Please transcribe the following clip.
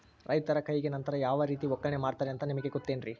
ರೈತರ ಕೈಗೆ ನಂತರ ಯಾವ ರೇತಿ ಒಕ್ಕಣೆ ಮಾಡ್ತಾರೆ ಅಂತ ನಿಮಗೆ ಗೊತ್ತೇನ್ರಿ?